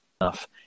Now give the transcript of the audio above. enough